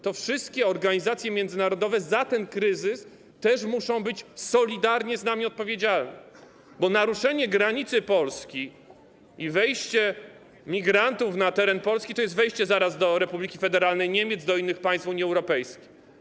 Te wszystkie organizacje międzynarodowe za ten kryzys też muszą być solidarnie z nami odpowiedzialne, bo naruszenie granicy Polski i wejście migrantów na teren Polski to jest zaraz wejście do Republiki Federalnej Niemiec, do innych państw Unii Europejskiej.